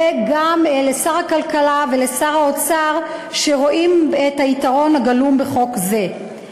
וגם לשר הכלכלה ולשר האוצר שרואים את היתרון הגלום בחוק זה.